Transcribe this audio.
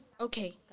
okay